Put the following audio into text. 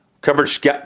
Coverage